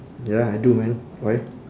ya I do man why